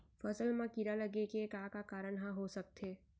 फसल म कीड़ा लगे के का का कारण ह हो सकथे?